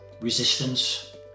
resistance